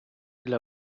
для